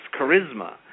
charisma